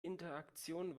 interaktion